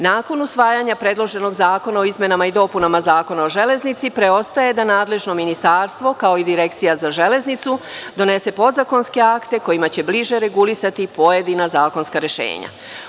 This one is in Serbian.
Nakon usvajanja predloženog zakona o izmenama i dopunama Zakona o železnici, preostaje da nadležno ministarstvo, kao i Direkcija za železnicu, donese podzakonske akte kojima će bliže regulisati pojedina zakonska rešenja.